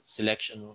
selection